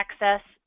access